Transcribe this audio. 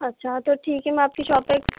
اچھا تو ٹھیک ہے میں آپ کی شاپ پہ